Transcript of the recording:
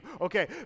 Okay